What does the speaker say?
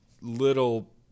little